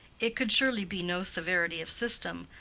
it could surely be no severity of system,